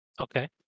Okay